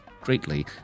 greatly